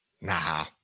Nah